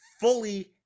fully